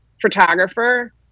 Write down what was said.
photographer